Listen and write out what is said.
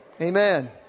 Amen